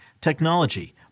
technology